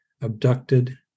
abducted